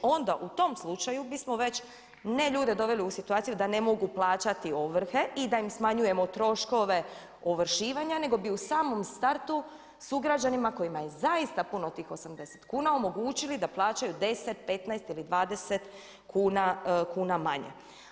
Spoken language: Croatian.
Onda u tom slučaju bismo već ne ljude doveli u situaciju da ne mogu plaćati ovrhe i da im smanjujemo troškove ovršivanja, nego bi u samom startu sugrađanima kojima je zaista puno tih 80 kuna omogućili da plaćaju 10, 15 ili 20 kuna manje.